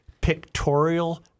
pictorial